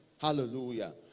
Hallelujah